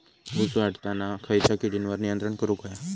ऊस वाढताना खयच्या किडींवर नियंत्रण करुक व्हया?